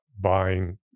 buying